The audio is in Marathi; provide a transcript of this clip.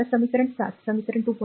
आता समीकरण 7 समीकरण 2